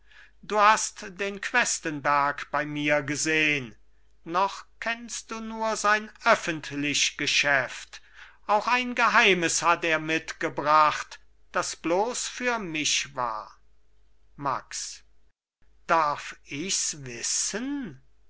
du hast den questenberg bei mir gesehn noch kennst du nur sein öffentlich geschäft auch ein geheimes hat er mitgebracht das bloß für mich war max darf ichs wissen